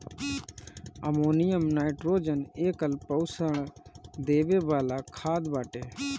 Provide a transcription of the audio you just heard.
ammonium nitrogen एकल पोषण देवे वाला खाद बाटे